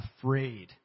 afraid